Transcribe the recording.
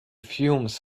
fumes